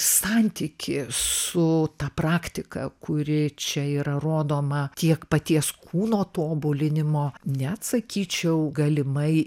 santykį su ta praktika kuri čia yra rodoma tiek paties kūno tobulinimo net sakyčiau galimai